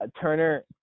Turner